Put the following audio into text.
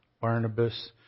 Barnabas